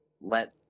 let